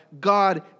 God